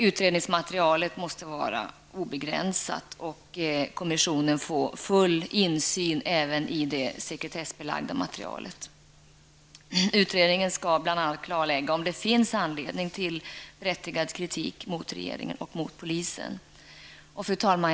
Utredningsmaterialet måste vara obegränsat och kommissionen måste få full insyn även i det sekretessbelagda materialet. Utredningen skall bl.a. klarlägga om det finns anledning till berättigad kritik mot regeringen och polisen. Fru talman!